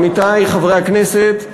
עמיתי חברי הכנסת,